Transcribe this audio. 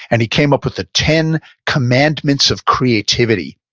and he came up with the ten commandments of creativity.